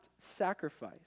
sacrifice